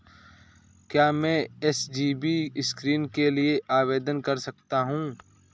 क्या मैं SGB scheme के लिए आवेदन कर सकता हूँ?